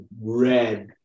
red